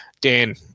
Dan